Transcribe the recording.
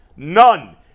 None